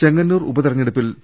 ചെങ്ങന്നൂർ ഉപതിരഞ്ഞെടുപ്പിൽ പി